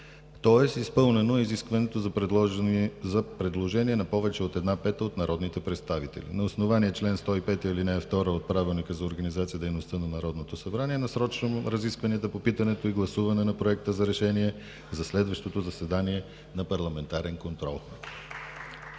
тоест изпълнено е изискването за предложение на повече от една пета от народните представители. На основание чл. 105, ал. 2 от Правилника за организацията и дейността на Народното събрание, насрочвам разискванията по питането и гласуване на Проекта за решение за следващото заседание на парламентарен контрол.